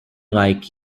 like